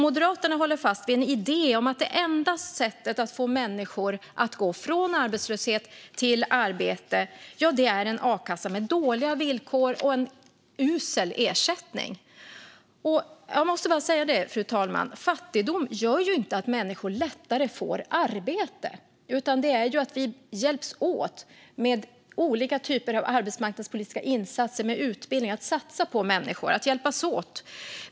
Moderaterna håller fast vid en idé om att det enda sättet att få människor att gå från arbetslöshet till arbete är en a-kassa med dåliga villkor och en usel ersättning. Fru talman! Fattigdom gör inte att människor lättare får arbete. Utan det handlar om att vi hjälps åt med olika typer av arbetsmarknadspolitiska insatser, utbildning och att satsa på människor.